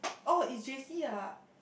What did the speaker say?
orh is J_C ah